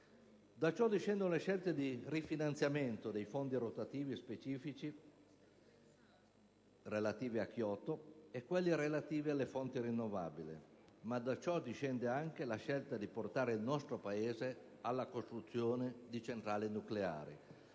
Da ciò discendono le scelte di rifinanziamento dei fondi rotativi specifici relativi a Kyoto e quelli relativi alle fonti rinnovabili, ma da ciò discende anche la scelta di portare il nostro Paese alla costruzione di centrali nucleari.